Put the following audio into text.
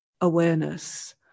awareness